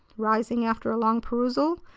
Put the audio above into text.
rising after a long perusal,